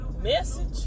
Message